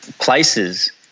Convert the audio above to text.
places